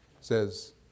says